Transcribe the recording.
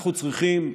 אנחנו צריכים,